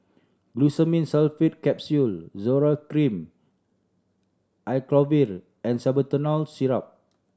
Glucosamine Sulfate Capsule Zoral Cream Acyclovir and Salbutamol Syrup